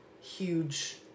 huge